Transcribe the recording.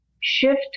shift